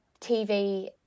TV